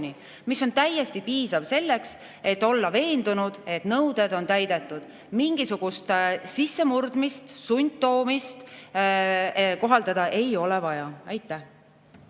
mis on täiesti piisav selleks, et olla veendunud, et nõuded on täidetud. Mingisugust sissemurdmist, sundtoomist kohaldada ei ole vaja. Suur